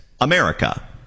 America